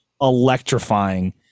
electrifying